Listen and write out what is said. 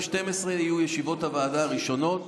ב-12:00 יהיו ישיבות הוועדה הראשונות